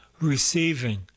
Receiving